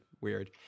Weird